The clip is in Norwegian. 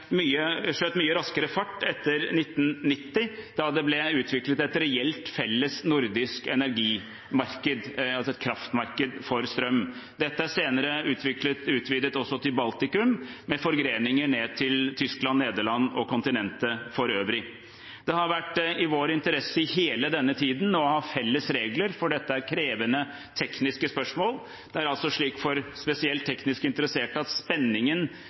skjøt mye raskere fart etter 1990, da det ble utviklet et reelt felles nordisk energimarked, altså et kraftmarked for strøm. Dette er senere utvidet til Baltikum, med forgreninger ned til Tyskland, Nederland og kontinentet for øvrig. Det har vært i vår interesse hele denne tiden å ha felles regler, for dette er krevende tekniske spørsmål. For spesielt teknisk interesserte: Spenningen vi har i kontaktene her i salen, er